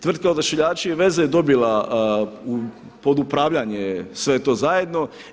Tvrtka Odašiljači i veze je dobila pod upravljanje sve to zajedno.